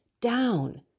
down